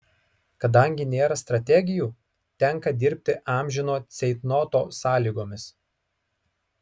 kadangi nėra strategijų tenka dirbti amžino ceitnoto sąlygomis